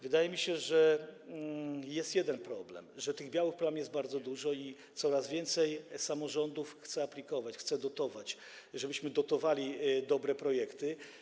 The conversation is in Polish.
Wydaje mi się, że jest jeden problem: tych białych plam jest bardzo dużo i coraz więcej samorządów chce aplikować, chce dotować, chce, żebyśmy dotowali dobre projekty.